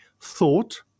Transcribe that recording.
thought